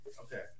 Okay